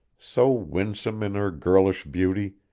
so winsome in her girlish beauty,